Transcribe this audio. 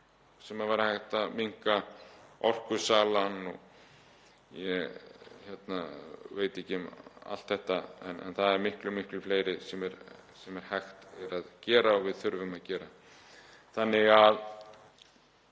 sem væri hægt að minnka, Orkusalan og ég veit ekki um allt þetta en það er miklu fleira sem er hægt er að gera og við þurfum að gera. Eins og